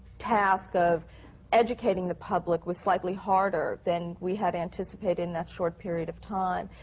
task of educating the public was slightly harder than we had anticipated in that short period of time.